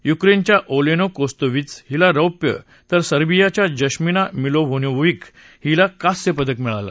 युक्रताच्या ओलत्त कोस्तदिव हिला रौप्य तर सर्वियाच्या जस्मीना मिलोव्होनोव्हिक हिला कांस्य पदक मिळालं